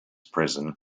prison